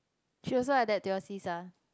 she also like that to your sis ah